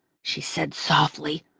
she said softly.